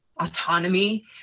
autonomy